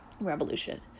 Revolution